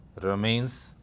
remains